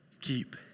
keep